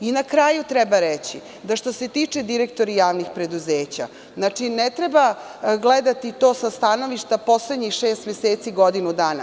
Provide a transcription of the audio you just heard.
Na kraju treba reći da, što se tiče direktora javnih preduzeća, ne treba gledati to sa stanovišta poslednjih šest meseci, godinu dana.